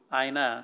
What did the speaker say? aina